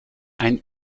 ein